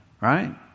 right